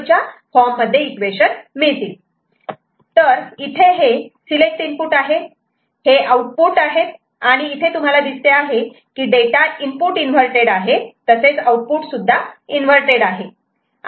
STROBE" तर इथे हे सिलेक्ट इनपुट आहे हे आउटपुट आहेत आणि इथे तुम्हाला दिसते आहे की डेटा इनपुट इन्वर्तेड आहे तसेच आउटपुट सुद्धा इन्वर्तेड आहे